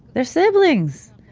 they're siblings!